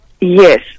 Yes